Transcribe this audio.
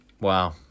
Wow